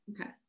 okay